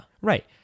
right